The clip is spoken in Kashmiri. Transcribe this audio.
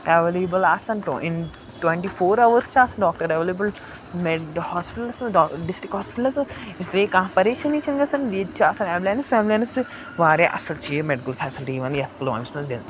اٮ۪ولیبٕل آسان تہٕ اِن ٹُوَنٹی فور اَوٲرٕز چھِ آسان ڈاکٹر اٮ۪ولیبٕل ہاسپِٹَلَس منٛز ڈا ڈِسٹِک ہاسپِٹَلَس منٛز اِسلیے کانٛہہ پریشٲنی چھِنہٕ گژھان ییٚتہِ چھِ آسان اٮ۪مبُلٮ۪نٕس تہِ واریاہ اَصٕل چھِ یہِ مٮ۪ڈِکَل فیسَلٹی یِوان یَتھ پُلوٲمِس دِنہٕ